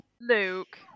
Luke